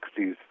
60s